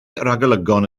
ragolygon